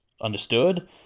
understood